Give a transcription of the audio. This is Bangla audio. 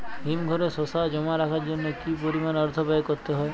হিমঘরে শসা জমা রাখার জন্য কি পরিমাণ অর্থ ব্যয় করতে হয়?